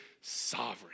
sovereign